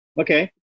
Okay